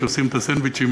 כשעושים את הסנדוויצ'ים,